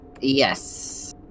Yes